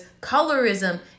colorism